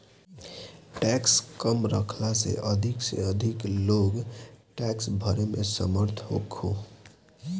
tax कम रखला से अधिक से अधिक लोग टैक्स भरे में समर्थ होखो